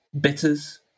Bitters